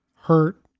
hurt